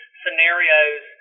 scenarios